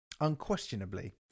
unquestionably